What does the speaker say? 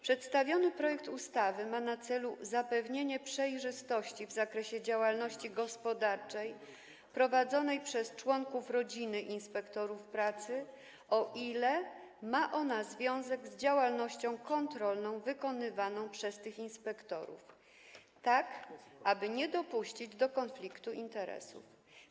Przedstawiony projekt ustawy ma na celu zapewnienie przejrzystości w zakresie działalności gospodarczej prowadzonej przez członków rodziny inspektorów pracy, o ile ma ona związek z działalnością kontrolną wykonywaną przez tych inspektorów, tak aby nie dopuścić do konfliktu interesów.